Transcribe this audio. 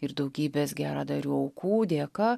ir daugybės geradarių aukų dėka